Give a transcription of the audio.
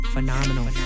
Phenomenal